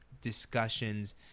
discussions